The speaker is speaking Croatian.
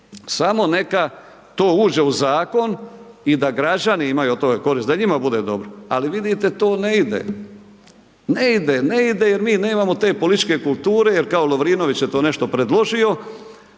samo neka to uđe u zakon i da građani imaju od toga korist, da njima bude dobro, ali vidite to ne ide, ne ide, ne ide jer mi nemamo te političke kulture jer kao Lovrinović je to nešto predložio,